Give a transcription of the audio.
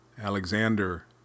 Alexander